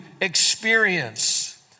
experience